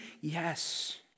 yes